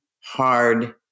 hard